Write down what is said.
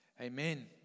Amen